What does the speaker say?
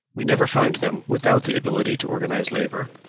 we never find them without the ability to organize labor,